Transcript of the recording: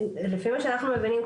לפי מה שאנחנו מבינים,